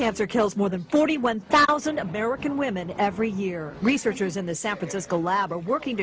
cancer kills more than forty one thousand american women every year researchers in the san francisco lab are working